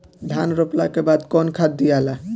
धान रोपला के बाद कौन खाद दियाला?